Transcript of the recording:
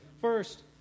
First